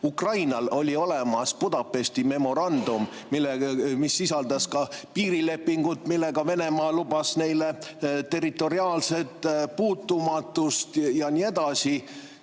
Ukrainal oli olemas Budapesti memorandum, mis sisaldas ka piirilepingut, millega Venemaa lubas neile territoriaalset puutumatust ja nii edasi.